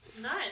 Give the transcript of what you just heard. Nice